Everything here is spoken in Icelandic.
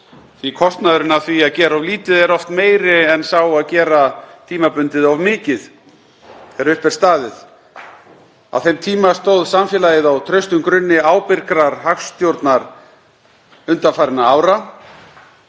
að kostnaðurinn af því að gera of lítið væri oft meiri en sá sem fylgir því að gera tímabundið of mikið, þegar upp er staðið. Á þeim tíma stóð samfélagið á traustum grunni ábyrgrar hagstjórnar undanfarinna ára,